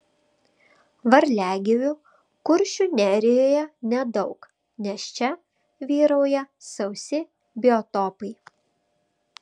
varliagyvių kuršių nerijoje nedaug nes čia vyrauja sausi biotopai